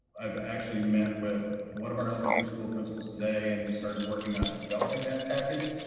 i've actually met with one of our elementary school principals today and started working on developing that package.